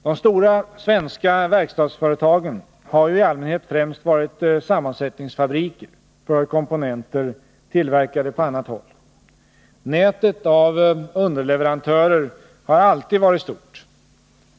De stora svenska verkstadsföretagen har ju i allmänhet främst varit sammansättningsfabriker för komponenter tillverkade på annat håll. Nätet av underleverantörer har alltid varit stort.